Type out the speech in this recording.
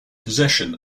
possession